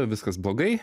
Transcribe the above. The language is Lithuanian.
viskas blogai